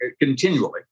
continually